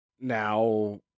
Now